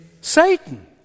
Satan